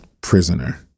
prisoner